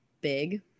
big